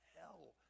hell